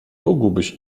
mógłbyś